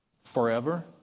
forever